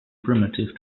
primitive